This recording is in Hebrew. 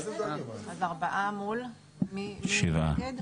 הצבעה בעד, 4 נגד,